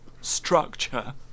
structure